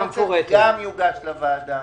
גם יוגש לוועדה.